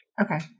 Okay